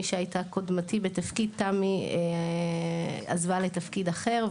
מי שהייתה קודמתי בתפקיד תמי עזבה לתפקיד אחר,